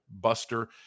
buster